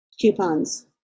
coupons